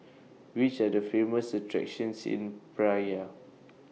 Which Are The Famous attractions in Praia